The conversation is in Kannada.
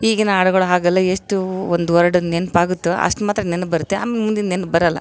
ಈಗಿನ ಹಾಡುಗಳು ಹಾಗಲ್ಲ ಎಷ್ಟು ಒಂದು ವರ್ಡ್ ನೆನ್ಪು ಆಗುತ್ತೆ ಅಷ್ಟು ಮಾತ್ರ ನೆನಪು ಬರುತ್ತೆ ಆಮೇಲೆ ಮುಂದಿಂದು ನೆನ್ಪು ಬರೋಲ್ಲ